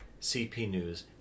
cpnews